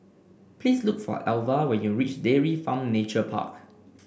please look for Alva when you reach Dairy Farm Nature Park